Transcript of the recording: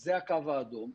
זה הקו האדום,